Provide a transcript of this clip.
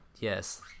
Yes